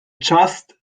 just